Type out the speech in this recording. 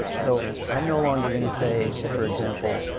so i'm no longer gonna say for example,